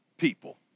People